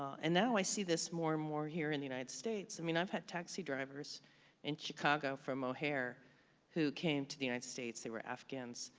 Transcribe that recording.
and now i see this more and more here in the united states. i mean, i've had taxi drivers in chicago from o'hare who came to the united states. they were afghans,